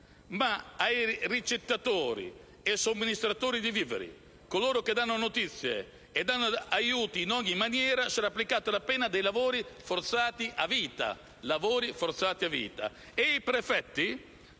ma sono ricettatori e somministratori di viveri, a coloro che danno notizie e aiuti in ogni maniera sarà applicata la pena dei lavori forzati a vita. I prefetti